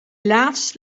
laatst